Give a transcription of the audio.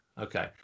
okay